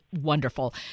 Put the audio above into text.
wonderful